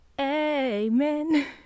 amen